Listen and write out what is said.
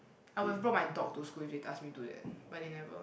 I would have brought my dog to school if they ask me to do that but they never